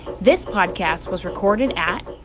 this podcast was recorded at.